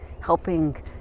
helping